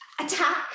attack